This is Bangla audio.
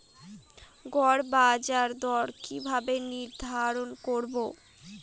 গড় বাজার দর কিভাবে নির্ধারণ করব?